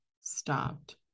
stopped